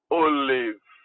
olive